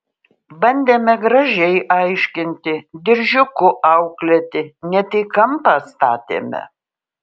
bandėme gražiai aiškinti diržiuku auklėti net į kampą statėme